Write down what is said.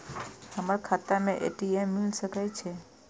हमर खाता में ए.टी.एम मिल सके छै?